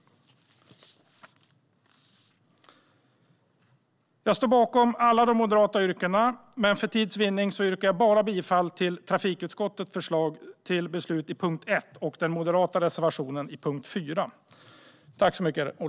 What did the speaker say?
Jag står bakom alla moderata yrkanden. Men för tids vinnande yrkar jag bifall endast till reservation 5.